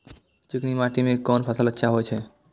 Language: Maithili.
चिकनी माटी में कोन फसल अच्छा होय छे?